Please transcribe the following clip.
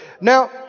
Now